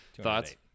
Thoughts